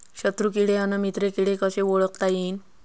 शत्रु किडे अन मित्र किडे कसे ओळखता येईन?